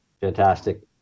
Fantastic